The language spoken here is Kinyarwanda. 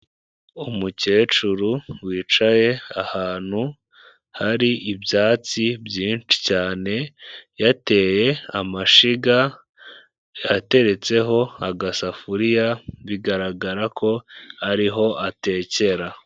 Umukecuru wicaye ahantu hari ibyatsi byinshi cyane, yateye amashyiga, ateretseho agasafuriya, bigaragara ko ari ho atekera.